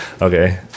okay